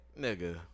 Nigga